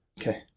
Okay